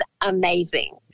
amazing